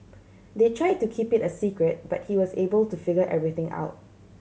they try to keep it a secret but he was able to figure everything out